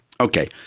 Okay